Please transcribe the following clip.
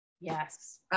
Yes